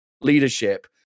leadership